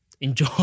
enjoy